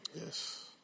Yes